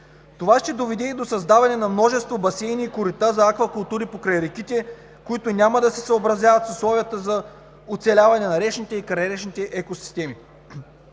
Това ще доведе и до създаването на множество басейни и корита за аквакултури покрай реките, които няма да се съобразяват с условията за оцеляване на речните и крайречните екосистеми.